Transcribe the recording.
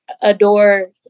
adore –